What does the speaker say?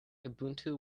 ubuntu